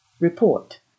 report